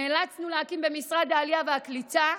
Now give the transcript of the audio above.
נאלצנו להקים במשרד העלייה והקליטה,